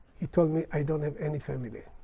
he told me, i don't have any family.